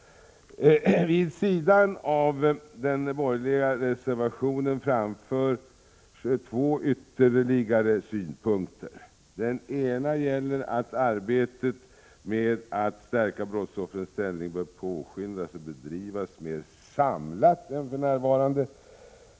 Vid sidan av den borgerliga reservationen framförs två ytterligare synpunkter. Den ena gäller att arbetet med att stärka brottsoffrens ställning bör påskyndas och bedrivas mer samlat än för närvarande.